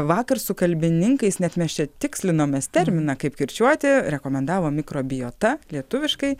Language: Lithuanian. vakar su kalbininkais net mes čia tikslinomės terminą kaip kirčiuoti rekomendavo mikrobiota lietuviškai